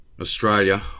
Australia